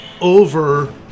over